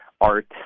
art